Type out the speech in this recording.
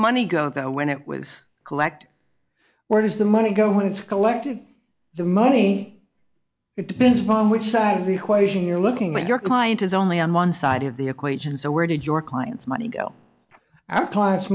money go and when it was collected where does the money go when it's collected the money it depends upon which side of the equation you're looking with your client is only on one side of the equation so where did your clients money go our cl